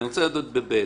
אני רוצה לדעת ב-(ב).